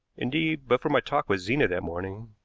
indeed, but for my talk with zena that morning,